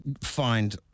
find